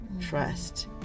trust